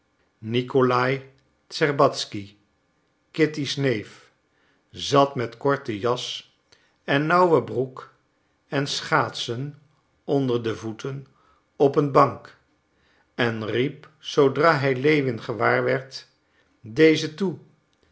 nicolai tscherbatzky kitty's neef zat met korte jas en nauwe broek en schaatsen onder de voeten op een bank en riep zoodra hij lewin gewaar werd dezen toe